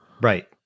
right